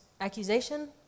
accusation